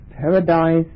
paradise